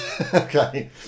Okay